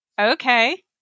Okay